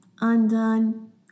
undone